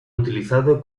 utilizado